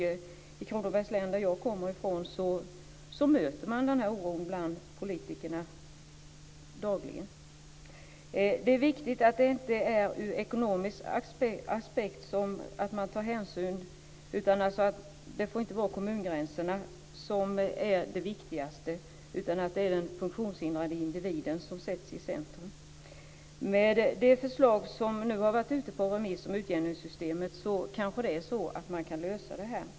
I Kronobergs län, där jag kommer ifrån, möter man dagligen denna oro hos politikerna. Det är viktigt att man inte tar hänsyn ur ekonomisk aspekt. Kommungränserna får inte vara det viktigaste, utan den funktionshindrade individen ska sättas i centrum. Med det förslag som nu har varit ute på remiss om utjämningssystemet kanske man kan lösa detta.